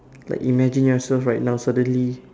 like imagine yourself right now suddenly